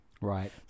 Right